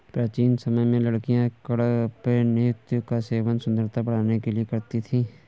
प्राचीन समय में लड़कियां कडपनुत का सेवन सुंदरता बढ़ाने के लिए करती थी